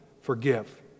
forgive